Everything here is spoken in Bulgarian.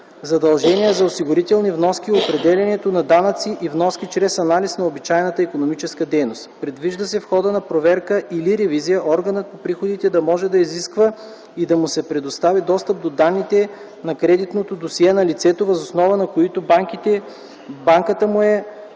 задължения за осигурителни вноски и определянето на данъците и вноските чрез анализ на обичайната икономическа дейност. Предвижда се в хода на проверка или ревизия органът по приходите да може да изисква и да му се предостави достъп до данните на кредитното досие на лицето, въз основа на които банката му е